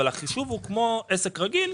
אבל החישוב הוא כמו עסק רגיל.